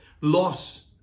loss